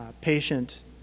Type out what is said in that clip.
patient